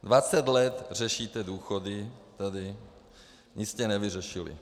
Dvacet let řešíte důchody tady, nic jste nevyřešili.